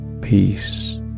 peace